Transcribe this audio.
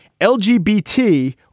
LGBT